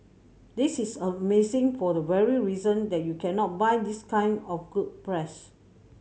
this is amazing for the very reason that you cannot buy this kind of good press